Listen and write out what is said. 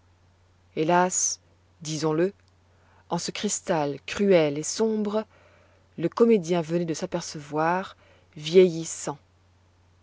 hélas disons-le en ce cristal cruel et sombre le comédien venait de s'apercevoir vieillissant